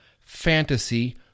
fantasy